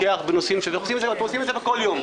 בנושאים האלה ואנחנו עושים את זה כל יום.